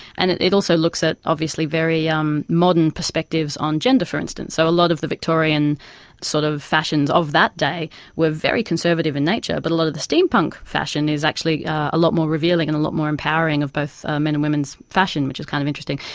and it it also looks at, obviously, very um modern perspectives on gender, for instance. so a lot of the victorian sort of fashions of that day were very conservative in nature, but of the steampunk fashion is actually a lot more revealing and a lot more empowering of both men and women's fashion, which is kind of interesting.